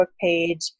page